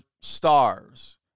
stars